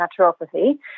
naturopathy